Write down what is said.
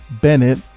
Bennett